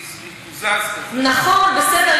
יקוזז, נכון, בסדר.